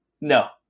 No